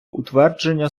утвердження